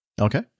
okay